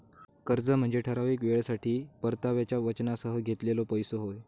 कर्ज म्हनजे ठराविक येळेसाठी परताव्याच्या वचनासह घेतलेलो पैसो होय